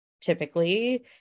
typically